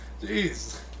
Jeez